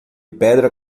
pedra